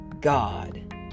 God